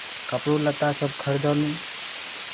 नहि तऽ अपन औडर वापस लऽ लिअ